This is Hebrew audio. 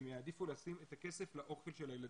הם יעדיפו לשים את הכסף לאוכל של הילדים.